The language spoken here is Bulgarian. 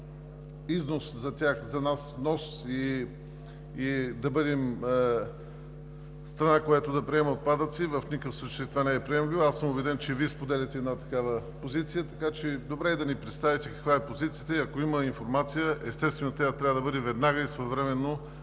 площадка за износ – за тях, за нас внос, и да бъдем страна, която да приема отпадъци. В никакъв случай това не е приемливо. Аз съм убеден, че Вие споделяте една такава позиция. Добре е да ни представите каква е позицията и ако има информация, естествено тя трябва да бъде веднага и своевременно